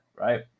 right